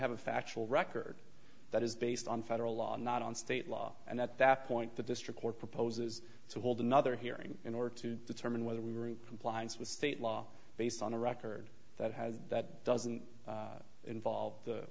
have a factual record that is based on federal law not on state law and at that point the district court proposes to hold another hearing in order to determine whether we were in compliance with state law based on a record that has that doesn't involve